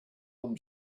them